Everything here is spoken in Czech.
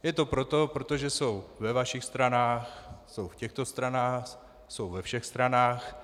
Je to proto, protože jsou ve vašich stranách, jsou v těchto stranách, jsou ve všech stranách.